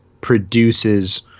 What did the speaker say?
produces